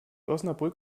osnabrück